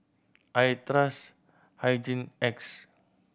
I trust Hygin X